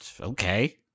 Okay